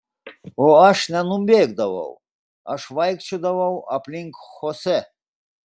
o aš nenubėgdavau aš vaikščiodavau aplink chosė